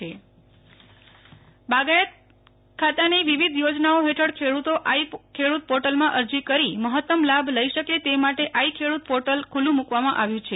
નેહલ ઠક્કર ખેડૂત i portal બાગાયતી ખાતાની વિવિધ યોજનાઓ હેઠળ ખેડ઼તો આઈ ખેડૂત પોર્ટલમાં અરજી કરી મહત્તમ લાભ લઈ શકે તે માટે આઈ ખેડૂત પોર્ટલ ખુલ્લું મુકવામાં આવ્યું છે